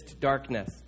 darkness